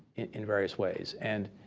in various ways. and